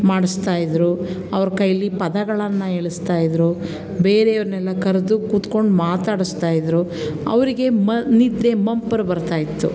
ಮಾಡಿಸ್ತಾಯಿದ್ರು ಅವ್ರ ಕೈಲಿ ಪದಗಳನ್ನು ಹೇಳಿಸ್ತಾಯಿದ್ರು ಬೇರೆಯವ್ರನ್ನೆಲ್ಲ ಕರೆದು ಕೂತ್ಕೊಂಡು ಮಾತಾಡಿಸ್ತಾ ಇದ್ದರು ಅವರಿಗೆ ಮ ನಿದ್ದೆಯ ಮಂಪರು ಬರ್ತಾಯಿತ್ತು